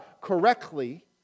correctly